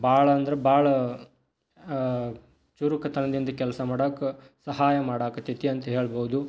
ಭಾಳ ಅಂದರೆ ಭಾಳ ಚುರುಕತನದಿಂದ ಕೆಲಸ ಮಾಡಕ್ಕೆ ಸಹಾಯ ಮಾಡೋಕತ್ತೈತಿ ಅಂತ ಹೇಳ್ಬೋದು